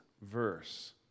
verse